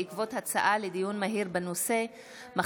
בעקבות דיון מהיר בהצעתם של חברי הכנסת שרון ניר,